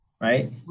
right